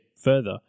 further